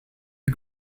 you